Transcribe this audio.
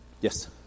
Yes